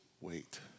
wait